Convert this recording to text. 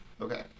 Okay